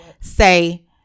say